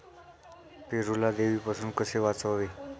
पेरूला देवीपासून कसे वाचवावे?